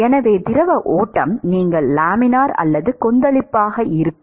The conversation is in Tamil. எனவே திரவ ஓட்டம் நீங்கள் லாமினார் அல்லது கொந்தளிப்பு இருக்கும்